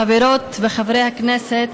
חברות וחברי הכנסת,